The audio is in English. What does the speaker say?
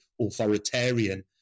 authoritarian